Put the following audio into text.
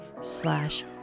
slash